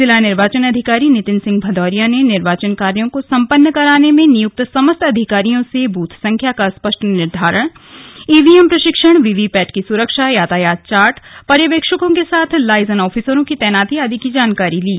जिला निवार्चन अधिकारी नितिन सिंह भदौरिया ने निवार्चन कार्यो को सम्पन्न कराने में नियुक्त समस्त अधिकारियों से बूथ संख्या का स्पष्ट निर्धारण ईवीएम प्रशिक्षण वीवीपैट की सुरक्षा यातायात चार्ट पर्यवेक्षकों के साथ लाइजन आफिसरों की तैनाती आदि की जानकारी ली